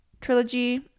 trilogy